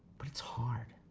but it's hard,